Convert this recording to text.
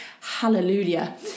hallelujah